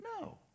No